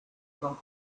con